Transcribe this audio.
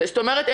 זאת אומרת,